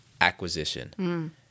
Acquisition